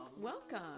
Welcome